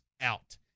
out